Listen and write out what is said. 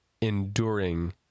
enduring